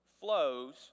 flows